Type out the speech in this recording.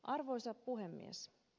arvoisa puhemies